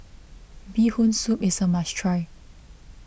Bee Hoon Soup is a must try